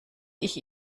ich